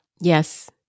Yes